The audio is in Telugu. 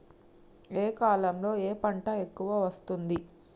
ఏ కాలంలో ఏ పంట ఎక్కువ వస్తోంది?